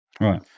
right